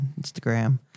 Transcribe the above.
Instagram